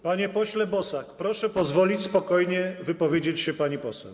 Panie pośle Bosak, proszę pozwolić spokojnie wypowiedzieć się pani poseł.